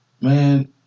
Man